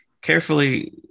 carefully